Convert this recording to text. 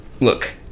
Look